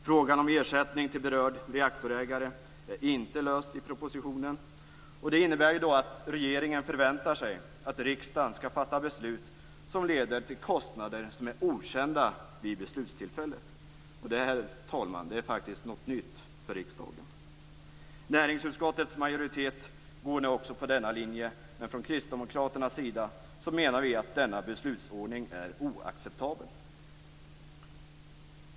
Frågan om ersättning till berörd reaktorägare är inte löst i propositionen. Det innebär att regeringen förväntar sig att riksdagen skall fatta beslut som leder till kostnader som är okända vid beslutstillfället, och det, herr talman, är faktiskt något nytt för riksdagen. Näringsutskottets majoritet går nu också på denna linje. Kristdemokraterna menar att denna beslutsordning är oacceptabel.